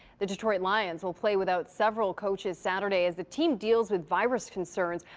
the detroit lions will play without several coaches saturday as the team deals with virus concerns.